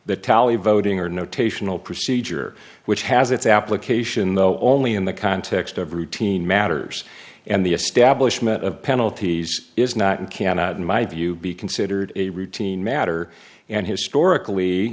the tally voting or notational procedure which has its application though only in the context of routine matters and the establishment of penalties is not and cannot in my view be considered a routine matter and historically